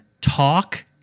talk